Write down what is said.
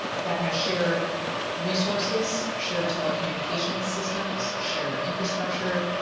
that has shared resources, shared telecommunications systems, shared infrastructure,